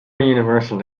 universal